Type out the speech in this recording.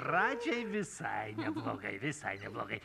pradžiai visai neblogai visai neblogai